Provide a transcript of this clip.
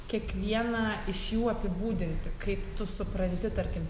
kiekvieną iš jų apibūdinti kaip tu supranti tarkim